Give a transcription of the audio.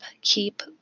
Keep